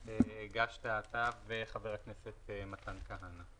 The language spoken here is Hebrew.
שאתה וחבר הכנסת מתן כהנא הגשתם.